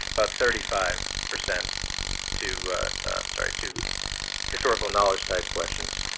about thirty five percent to sorry to historical knowledge-type questions,